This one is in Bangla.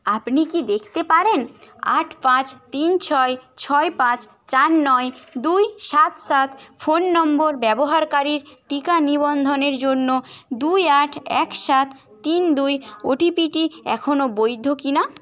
আপনি কি দেখতে পারেন আট পাঁচ তিন ছয় ছয় পাঁচ চার নয় দুই সাত সাত ফোন নম্বর ব্যবহারকারীর টিকা নিবন্ধনের জন্য দুই আট এক সাত তিন দুই ও টি পিটি এখনও বৈধ কি না